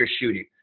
shooting